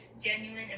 genuine